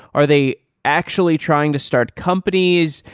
are they actually trying to start companies?